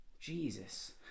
Jesus